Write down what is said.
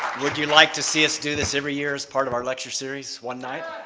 would you like to see us do this every year as part of our lecture series one night?